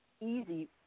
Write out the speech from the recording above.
easy